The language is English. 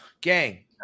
gang